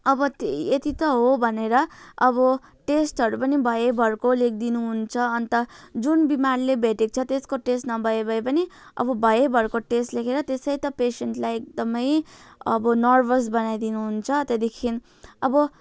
अब त्यही यति त हो भनेर अब टेस्टहरू पनि भएभरको लेखिदिनु हुन्छ अन्त जुन बिमारले भेटेको छ त्यसको टेस्ट नभए भए पनि अब भएभरको टेस्ट लेखेर त्यसै त पेसेन्टलाई एकदमै अब नर्भस बनाइदिनु हुन्छ त्यहाँदेखि अब